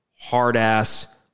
hard-ass